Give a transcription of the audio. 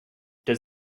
does